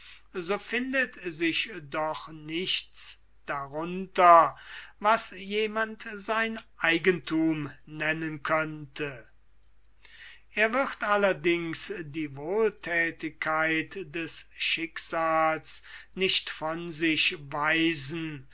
so findet sich doch nichts darunter was jemand sein eigenthum nennen könnte er wird allerdings die wohlthätigkeit des schicksals nicht von sich weisen